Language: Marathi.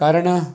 कारण